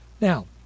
Now